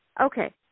Okay